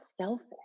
selfish